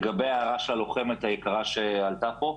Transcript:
לגבי ההערה של הלוחמת היקרה שעלתה פה,